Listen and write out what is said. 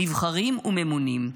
נבחרים וממונים,